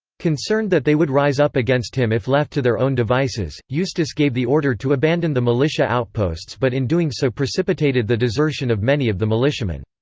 concerned that they would rise up against him if left to their own devices, eustace gave the order to abandon the militia outposts but in doing so precipitated the desertion of many of the militiamen.